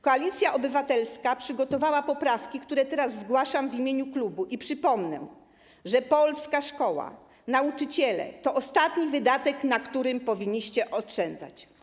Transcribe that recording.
Koalicja Obywatelska przygotowała poprawki, które teraz zgłaszam w imieniu klubu, i przypomnę, że polska szkoła, nauczyciele to ostatni wydatek, na którym powinniście oszczędzać.